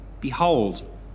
Behold